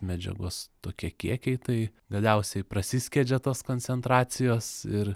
medžiagos tokie kiekiai tai galiausiai prasiskiedžia tos koncentracijos ir